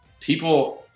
People